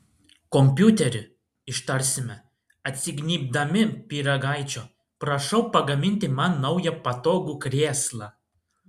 kompiuteri ištarsime atsignybdami pyragaičio prašau pagaminti man naują patogų krėslą